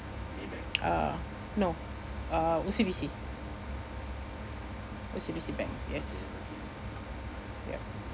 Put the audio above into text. uh no uh O_C_B_C O_C_B_C bank yes yup